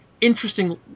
interesting